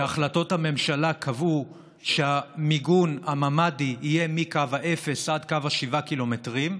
שהחלטות הממשלה קבעו שהמיגון הממ"די יהיה מקו האפס עד קו ה-7 קילומטרים.